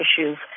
issues